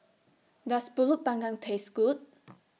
Does Pulut Panggang Taste Good